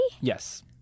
Yes